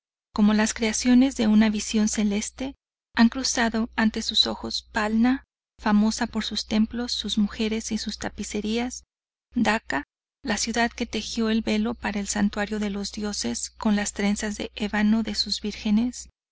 como las creaciones de una visión celeste han cruzado ante sus ojos palna famosa por sus templos sus mujeres y sus tapicerías dakka la ciudad que tejió el velo para el santuario de los dioses con las trenzas de évano de sus vírgenes